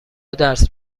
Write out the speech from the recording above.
درس